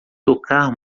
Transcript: tocar